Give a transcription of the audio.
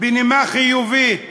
בנימה חיובית